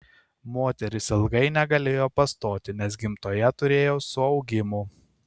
moteris ilgai negalėjo pastoti nes gimdoje turėjo suaugimų